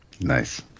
Nice